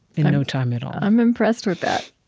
in no time at all i'm impressed with that.